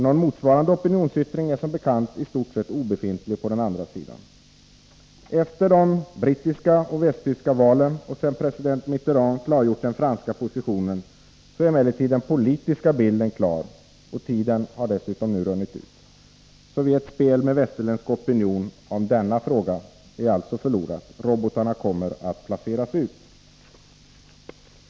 Någon motsvarande opinionsyttring är som bekant i stort sett obefintlig på östsidan. Efter de brittiska och västtyska valen och sedan president Mitterrand klargjort den franska positionen var emellertid den politiska bilden klar. Dessutom har tiden nu runnit ut. Sovjets spel med västerländsk opinion om denna fråga är alltså förlorat — robotarna kommer att placeras ut.